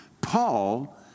Paul